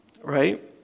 right